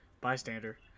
bystander